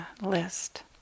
list